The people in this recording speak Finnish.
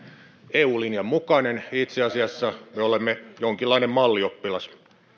eu linjan mukainen ja itse asiassa me olemme jonkinlainen mallioppilas